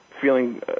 feeling